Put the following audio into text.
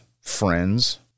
friends